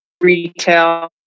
retail